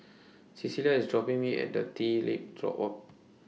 Clella IS dropping Me At The TreeTop Walk